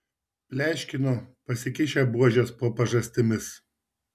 pleškino pasikišę buožes po pažastimis